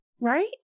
Right